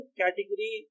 category